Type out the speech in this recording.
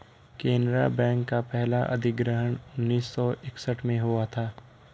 Canara bank का पहला अधिग्रहण उन्नीस सौ इकसठ में हुआ था